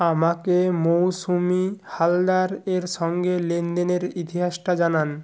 আমাকে মৌসুমি হালদার এর সঙ্গে লেনদেনের ইতিহাসটা জানান